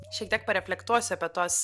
šiek tiek pareflektuosiu apie tuos